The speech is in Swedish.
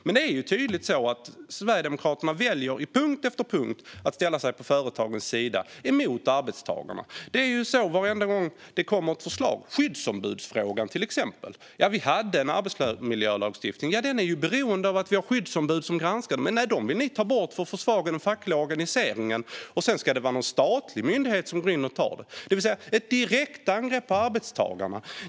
Det är tydligt att Sverigedemokraterna på punkt efter punkt väljer att ställa sig på företagens sida mot arbetstagarna. Så blir det varenda gång det kommer ett förslag. Det gäller exempelvis skyddsombudsfrågan. Mikael Eskilandersson sa att vi redan hade en arbetsmiljölagstiftning. Men den är ju beroende av att det finns skyddsombud som granskar. Dem vill ni dock ta bort för att försvaga den fackliga organiseringen. Sedan ska en statlig myndighet ta hand om detta. Detta är alltså ett direkt angrepp på arbetstagarna.